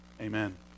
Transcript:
Amen